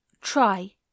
try